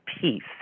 peace